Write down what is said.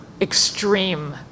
extreme